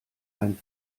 ein